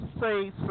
say